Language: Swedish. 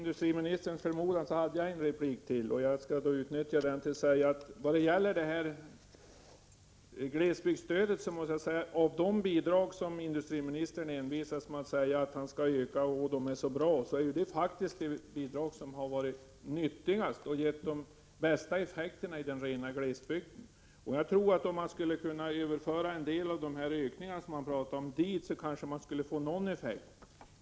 ett inlägg, och det skall jag utnyttja. Bland de bidrag som industriministern envist säger är bra och som därför skall ökas är faktiskt glesbygdsstödet nyttigast. Det stödet har gett de bästa effekterna i den rena glesbygden. Skulle en del av ökningarna gälla glesbygdsstödet, tror jag att det skulle bli åtminstone någon effekt.